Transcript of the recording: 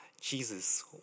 Jesus